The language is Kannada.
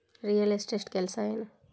ರಿಯಲ್ ಎಸ್ಟೇಟ್ ಕೆಲಸ ಏನು